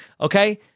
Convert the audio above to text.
okay